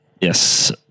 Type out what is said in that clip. yes